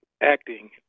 acting